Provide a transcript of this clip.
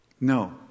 No